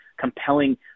compelling